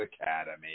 Academy